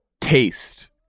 taste